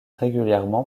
régulièrement